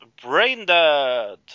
Braindead